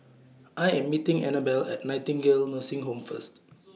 I Am meeting Anabelle At Nightingale Nursing Home First